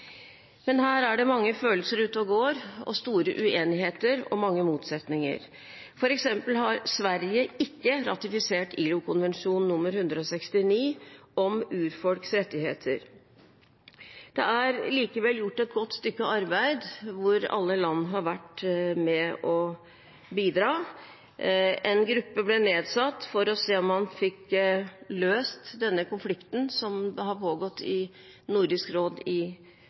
Men her er det mange følelser ute og går, store uenigheter og mange motsetninger. For eksempel har Sverige ikke ratifisert ILO-konvensjon nr. 169 om urfolks rettigheter. Det er likevel gjort et godt stykke arbeid, hvor alle land har vært med og bidratt. En gruppe ble nedsatt for å se om man fikk løst denne konflikten som har pågått i Nordisk råd i